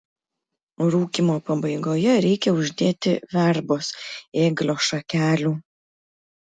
rūkymo pabaigoje reikia uždėti verbos ėglio šakelių